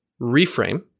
reframe